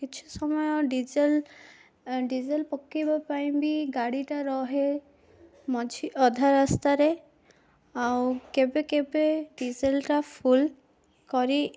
କିଛି ସମୟ diesel diesel ପକେଇବା ପାଇଁ ବି ଗାଡ଼ିଟା ରହେ ମଝି ଅଧା ରାସ୍ତାରେ ଆଉ କେବେ କେବେ ଡିଜେଲଟା ଫୁଲ୍ କରି